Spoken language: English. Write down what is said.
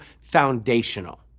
foundational